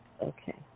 okay